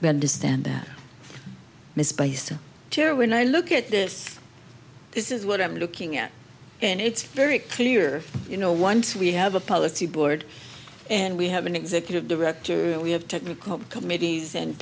had to stand that misplaced tear when i look at this this is what i'm looking at and it's very clear you know once we have a policy board and we have an executive director we have technical committees and